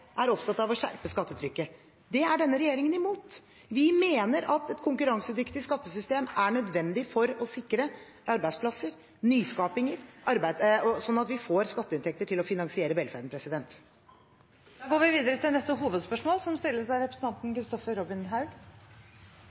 er opptatt av å skjerpe skattetrykket. Det er denne regjeringen imot. Vi mener at et konkurransedyktig skattesystem er nødvendig for å sikre arbeidsplasser og nyskaping, slik at vi får skatteinntekter som kan finansiere velferden. Vi går videre til neste hovedspørsmål.